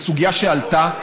זאת סוגיה שעלתה,